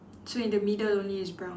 so in the middle only is brown